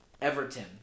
Everton